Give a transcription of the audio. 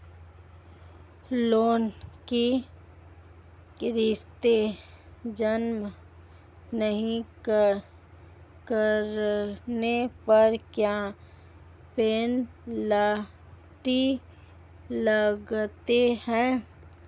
Loan की किश्त जमा नहीं कराने पर क्या पेनल्टी लगती है?